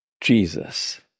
Jesus